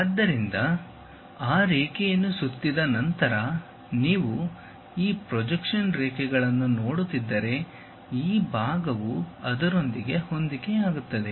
ಆದ್ದರಿಂದ ಆ ರೇಖೆಯನ್ನು ಸುತ್ತಿದ ನಂತರ ನೀವು ಈ ಪ್ರೊಜೆಕ್ಷನ್ ರೇಖೆಗಳನ್ನು ನೋಡುತ್ತಿದ್ದರೆ ಈ ಭಾಗವು ಅದರೊಂದಿಗೆ ಹೊಂದಿಕೆಯಾಗುತ್ತದೆ